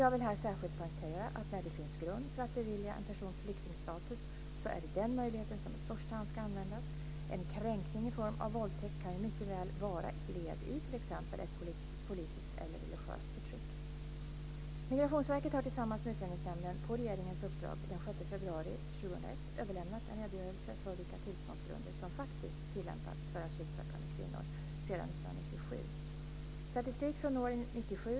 Jag vill här särskilt poängtera att när det finns grund för att bevilja en person flyktingstatus är det den möjligheten som i första hand ska användas. En kränkning i form av våldtäkt kan ju mycket väl vara ett led i t.ex. ett politiskt eller religiöst förtryck. Migrationsverket har tillsammans med Utlänningsnämnden, på regeringens uppdrag, den 6 februari 2001 överlämnat en redogörelse för vilka tillståndsgrunder som faktiskt tillämpats för asylsökande kvinnor sedan 1997.